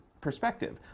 perspective